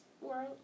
world